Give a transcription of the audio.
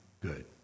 good